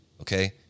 okay